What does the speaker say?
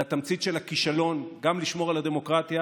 זו התמצית של הכישלון גם לשמור על הדמוקרטיה